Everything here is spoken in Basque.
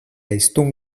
hiztun